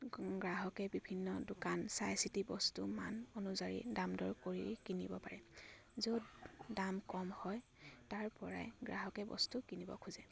গ্ৰাহকে বিভিন্ন দোকান চাই চিতি বস্তু মান অনুযায়ী দাম দৰ কৰি কিনিব পাৰে য'ত দাম কম হয় তাৰ পৰাই গ্ৰাহকে বস্তু কিনিব খোজে